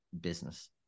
business